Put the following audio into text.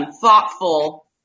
thoughtful